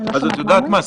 אז את יודעת מה?